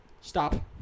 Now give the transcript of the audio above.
Stop